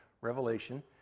Revelation